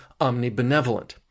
omnibenevolent